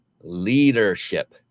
leadership